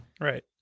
Right